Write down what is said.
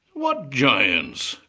what giants?